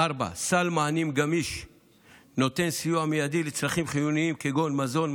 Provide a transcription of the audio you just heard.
4. סל מענים גמיש נותן סיוע מיידי לצרכים חיוניים כגון מזון,